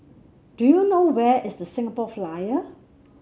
do you know where is The Singapore Flyer